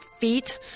feet